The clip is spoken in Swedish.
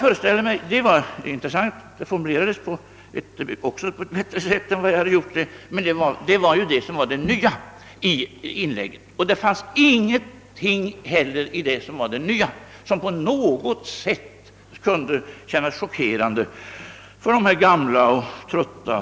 Detta var det nya och intressanta i inlägget. Det fanns inte i detta nya något som på minsta sätt kunde kännas chockerande för oss gamla och trötta.